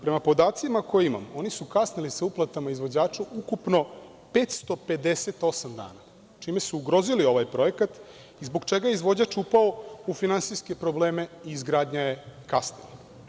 Prema podacima koje imamo oni su kasnili sa uplatama izvođaču ukupno 558 dana, čime su ugrozili ovaj projekat i zbog čega je izvođač upao u finansijske probleme i izgradnja je kasnila.